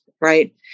right